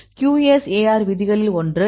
QSAR விதிகளில் ஒன்று என்ன